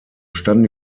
standen